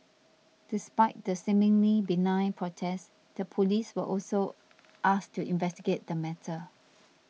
despite the seemingly benign protest the police were also asked to investigate the matter